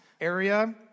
area